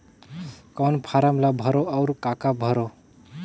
कौन फारम ला भरो और काका भरो?